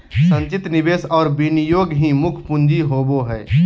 संचित निवेश और विनियोग ही मुख्य पूँजी होबो हइ